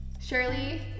Shirley